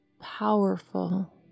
powerful